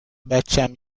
بچم